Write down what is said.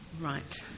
Right